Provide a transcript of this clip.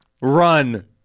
run